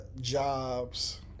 jobs